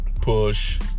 push